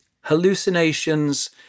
hallucinations